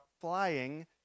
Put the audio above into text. flying